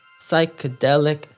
psychedelic